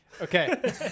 Okay